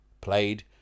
played